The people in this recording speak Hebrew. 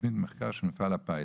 מחקר של מפעל הפיס.